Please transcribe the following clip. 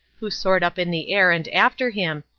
who soared up in the air and after him,